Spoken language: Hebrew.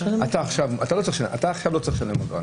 עכשיו לא צריך לשלם אגרה,